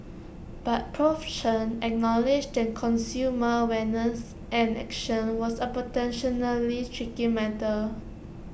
but Prof Chen acknowledged that consumer awareness and action was A tricky matter